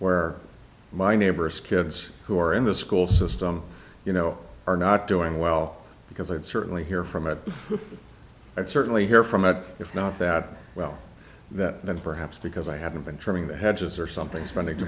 where my neighbor's kids who are in the school system you know are not doing well because i would certainly hear from it and certainly hear from it if not that well that then perhaps because i haven't been trimming the hedges or something spending too